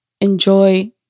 enjoy